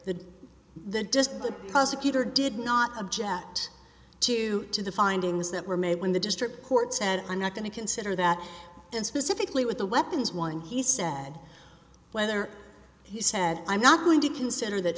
the the disk the prosecutor did not object to to the findings that were made when the district court said i'm not going to consider that and specifically with the weapons one he said whether he said i'm not going to consider that